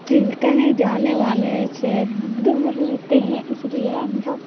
کہ کہیں جانے وانے سے دور رہتے ہیں اس لیے ہم لوگ